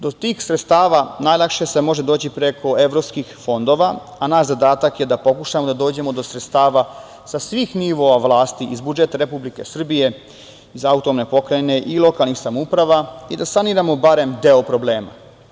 Do tih sredstava najlakše se može doći preko evropskih fondova, a naš zadatak je da pokušamo da dođemo do sredstava sa svih nivoa vlasti, iz budžeta Republike Srbije, iz AP i lokalnih samouprava i da saniramo barem deo problema.